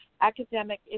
academic